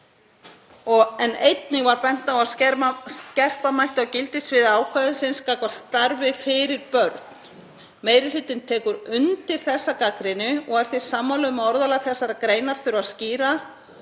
Einnig var bent á að skerpa mætti á gildissviði ákvæðisins gagnvart starfi fyrir börn. Meiri hlutinn tekur undir þessa gagnrýni og er sammála því að orðalag þessarar greinar þurfi að skýra.